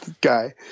guy